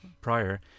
prior